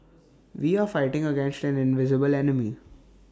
we are fighting against an invisible enemy